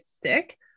sick